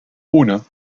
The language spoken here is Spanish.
uno